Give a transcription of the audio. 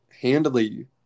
handily